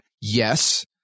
yes